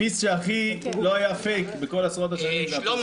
ה-peace שהכי לא היה פייק בכל עשרות השנים זה ה-peace הזה.